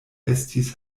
estis